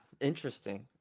Interesting